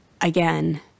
again